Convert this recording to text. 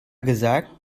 gesagt